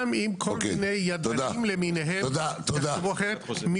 גם אם כל מיני ידענים למיניהם יחשבו אחרת.